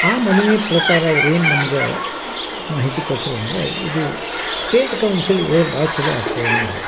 ಆ ಮನವಿ ಪ್ರಕಾರ ಅವ್ರೇನು ನಮ್ಗೆ ಮಾಹಿತಿ ಕೊಟ್ಟರು ಅಂದರೆ ಇದು ಸ್ಟೇಟ್ ಕೌನ್ಸಿಲ್ ಇವ್ರು ಭಾಳ ಚಲೋ ಆಗ್ತದೆ ಅಂದರು